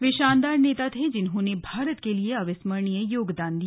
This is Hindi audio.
वे शानदार नेता थे जिन्होंने भारत के लिए अविस्मरणीय योगदान दिया